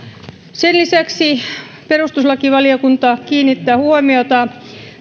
sen lisäksi perustuslakivaliokunta kiinnittää huomiota